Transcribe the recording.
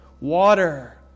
water